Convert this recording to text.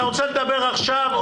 אתה רוצה לדבר עכשיו,